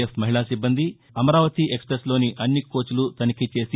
F మహిళా సిబ్బంది అమరావతి ఎక్స్పెస్లోని అన్ని కోచ్లు తనిఖీ చేసి